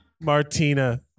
Martina